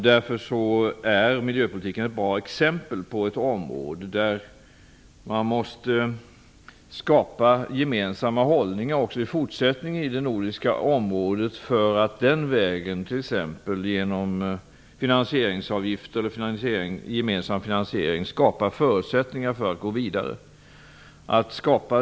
Därför är miljöpolitiken ett bra exempel på ett område där man också i fortsättningen måste skapa gemensamt förhållningssätt när det gäller det nordiska området, för att genom exempelvis gemensam finansiering skapa förutsättningar för kunna att gå vidare.